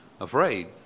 afraid